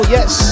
Yes